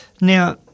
Now